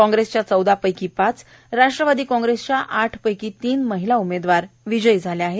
काँग्रेसच्या चौदा पैकी पाच राष्ट्रवादी काँग्रेसच्या आठ पैकी तीन महिला उमेदवार विजयी झाल्या आहेत